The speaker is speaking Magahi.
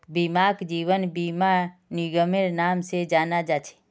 बीमाक जीवन बीमा निगमेर नाम से जाना जा छे